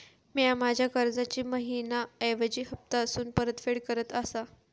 म्या माझ्या कर्जाची मैहिना ऐवजी हप्तासून परतफेड करत आसा